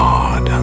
God